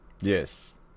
Yes